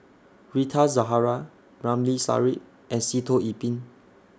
Rita Zahara Ramli Sarip and Sitoh Yih Pin